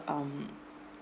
um